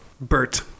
bert